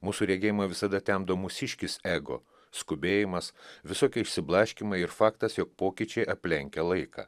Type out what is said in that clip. mūsų regėjimą visada temdo mūsiškis ego skubėjimas visokie išsiblaškymai ir faktas jog pokyčiai aplenkia laiką